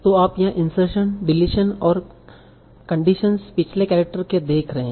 तो आप यहाँ इंसर्शन डिलीशन या कंडिशन्ड पिछले केरेक्टर के देख रहे हैं